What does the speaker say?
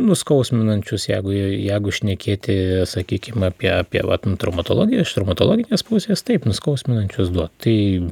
nuskausminančius jeigu jeigu šnekėti sakykim apie apie vat nu traumatologijoj iš traumatologijos pusės taip nuskausminančius duot tai